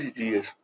dias